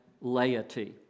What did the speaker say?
laity